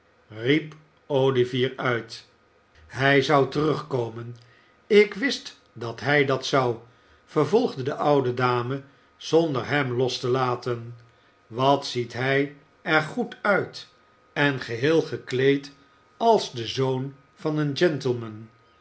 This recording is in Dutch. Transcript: olivier uit hij zou terugkomen ik wist dat hij dat zou vervolgde de oude dame zonder hem los te laten wat ziet hij er goed uit en geheel gekleed als de zoon van een gentleman